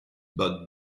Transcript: but